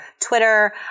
Twitter